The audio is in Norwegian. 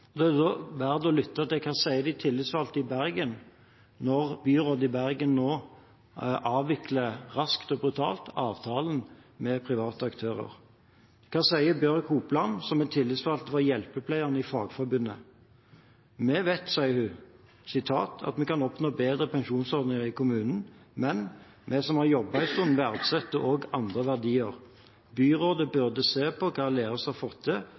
Det er vel verdt å lytte til hva de tillitsvalgte i Bergen sier når byrådet i Bergen nå avvikler – raskt og brutalt – avtalen med private aktører. Hva sier Bjørg Hopland, som er tillitsvalgt for hjelpepleierne i Fagforbundet? Hun sier: «Vi vet at vi kan oppnå en bedre pensjonsordning i kommunen, men vi som har jobbet her en stund verdsetter også andre verdier. Byrådet burde se på hva Aleris har fått til